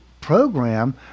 program